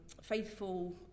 faithful